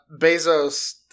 bezos